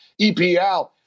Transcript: EPL